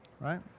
right